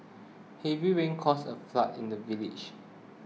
heavy rains caused a flood in the village